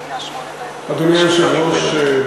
אדוני היושב-ראש,